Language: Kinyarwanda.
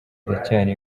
iracyari